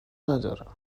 ندارم